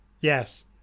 Yes